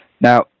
Now